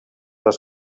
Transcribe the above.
les